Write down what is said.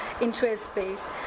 interest-based